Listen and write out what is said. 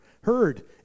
heard